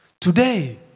Today